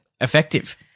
effective